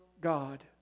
God